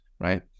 right